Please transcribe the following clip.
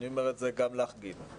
ואני אומר את זה גם לך גילה,